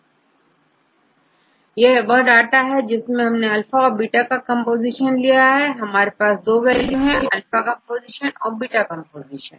तो यह डाटा है हमारे पास अल्फा और बीटा का कंपोजीशन है हमारे पास दो वैल्यू है अल्फा कंपोजिशन और बीटा कंपोजिशन